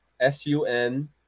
S-U-N